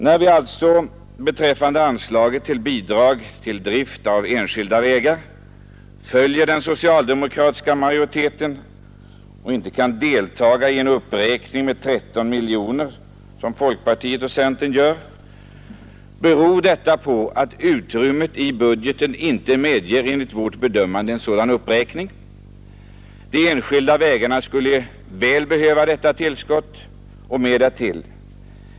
När vi alltså beträffande anslaget till Bidrag till drift av enskilda vägar m.m. följer den socialdemokratiska majoriteten och inte kan delta i en uppräkning med 13 miljoner, som folkpartiet och centern föreslår, beror detta på att utrymmet i budgeten enligt vårt bedömande inte medger en sådan uppräkning. De enskilda vägarna skulle väl behöva detta tillskott och mer därtill.